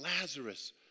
Lazarus